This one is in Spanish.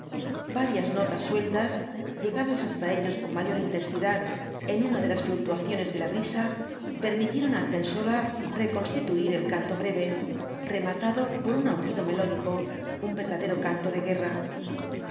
varias notas sueltas llegadas hasta ellos con mayor intensidad en una de las fluctuaciones de la brisa permitieron á argensola reconstituir el canto breve rematado por un aullido melódico un verdadero canto de guerra